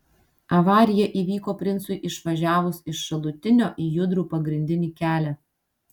avarija įvyko princui išvažiavus iš šalutinio į judrų pagrindinį kelią